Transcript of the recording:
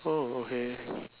oh okay